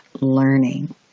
learning